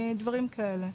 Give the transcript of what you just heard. דברים כאלה.